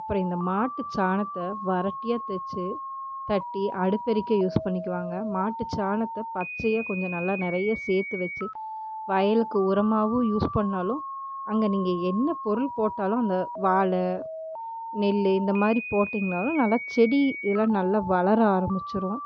அப்புறம் இந்த மாட்டுச்சாணத்தை வறட்டியாக தச்சு தட்டி அடுப்பெரிக்க யூஸ் பண்ணிக்குவாங்க மாட்டுச்சாணத்தை பச்சையாக கொஞ்சம் நல்லா நிறைய சேர்த்து வச்சு வயலுக்கு உரமாகவும் யூஸ் பண்ணாலும் அங்கே நீங்கள் என்ன பொருள் போட்டாலும் அந்த வாழை நெல் இந்த மாதிரி போட்டிங்கனாலும் நல்லா செடி இதெல்லாம் நல்லா வளர ஆரம்பிச்சிரும்